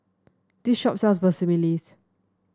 this shop sells Vermicelli